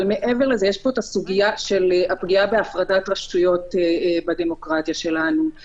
אבל בבית משפט השלום בתל אביב,